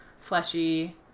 fleshy